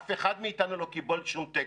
אף אחד מאתנו לא קיבל שום תקן.